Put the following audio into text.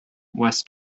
west